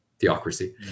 theocracy